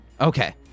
Okay